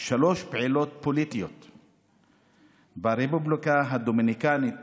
שלוש פעילות פוליטיות ברפובליקה הדומיניקנית